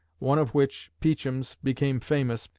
one of which, peacham's, became famous,